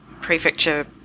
prefecture